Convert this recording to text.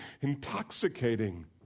intoxicating